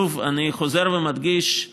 שוב, אני חוזר ומדגיש: